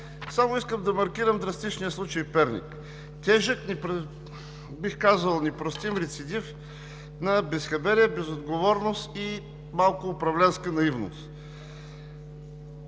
нея. Искам да маркирам драстичния случай в Перник. Тежък, бих казал, непростим рецидив на безхаберие, безотговорност и малко управленска наивност.